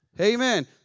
Amen